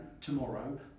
tomorrow